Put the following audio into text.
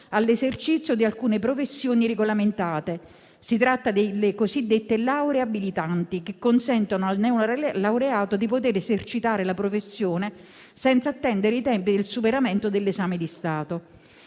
all'esercizio di alcune professioni regolamentate. Si tratta delle cosiddette lauree abilitanti, che consentono al neolaureato di poter esercitare la professione senza attendere i tempi del superamento dell'esame di Stato.